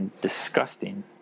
disgusting